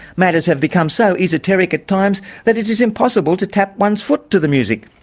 matters have become so esoteric at times that it is impossible to tap one's foot to the music.